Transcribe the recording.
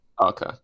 Okay